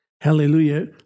Hallelujah